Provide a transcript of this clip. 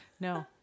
No